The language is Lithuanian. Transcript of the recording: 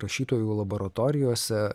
rašytojų laboratorijose